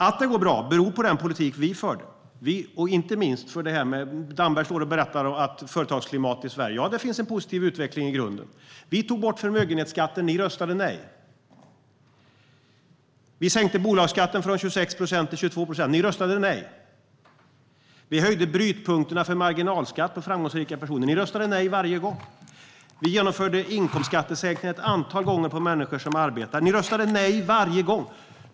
Att det går bra beror på den politik vi förde, inte minst i fråga om det som Damberg står och berättar om: företagsklimatet i Sverige. Det finns en positiv utveckling i grunden. Vi tog bort förmögenhetsskatten. Ni röstade nej. Vi sänkte bolagsskatten från 26 procent till 22 procent. Ni röstade nej. Vi höjde brytpunkterna för marginalskatt för framgångsrika personer. Ni röstade nej varje gång. Vi genomförde inkomstskattesänkningar ett antal gånger för människor som arbetar. Ni röstade nej varje gång.